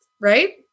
Right